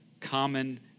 common